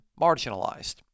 marginalized